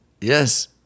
yes